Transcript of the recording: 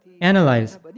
Analyze